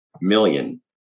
million